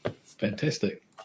Fantastic